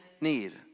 need